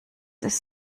ist